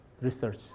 research